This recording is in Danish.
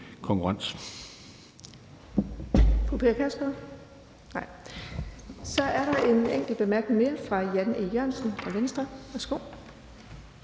konkurrence.